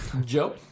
Joe